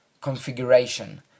configuration